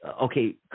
okay